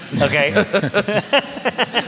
Okay